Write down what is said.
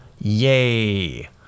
Yay